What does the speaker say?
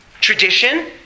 Tradition